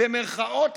במירכאות,